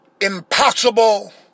impossible